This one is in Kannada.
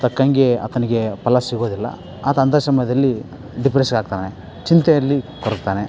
ತಕ್ಕನಾಗೆ ಆತನಿಗೆ ಫಲ ಸಿಗೋದಿಲ್ಲ ಆತ ಅಂಥ ಸಮಯದಲ್ಲಿ ಡಿಪ್ರೆಸನ್ ಆಗ್ತಾನೆ ಚಿಂತೆಯಲ್ಲಿ ಕೊರಗ್ತಾನೆ